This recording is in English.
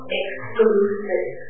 exclusive